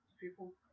people